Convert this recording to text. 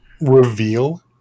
reveal